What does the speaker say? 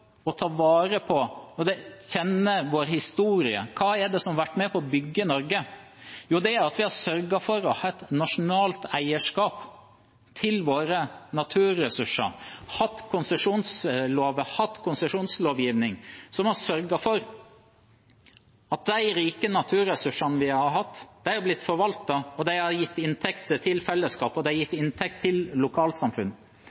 ta vare på og kjenne vår historie. Hva er det som har vært med på å bygge Norge? Jo, det er det at vi har sørget for å ha et nasjonalt eierskap til våre naturressurser, hatt konsesjonslover, hatt konsesjonslovgivning som har sørget for at de rike naturressursene vi har hatt, har blitt forvaltet og gitt inntekter til fellesskapet og inntekter til lokalsamfunn. Den blåøyde troen på markedsretting, utsalg og at det